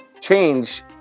Change